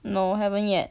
no haven't yet